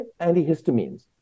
Antihistamines